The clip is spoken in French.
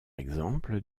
exemple